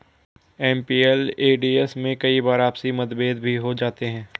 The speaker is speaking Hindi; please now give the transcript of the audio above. एम.पी.एल.ए.डी.एस में कई बार आपसी मतभेद भी हो जाते हैं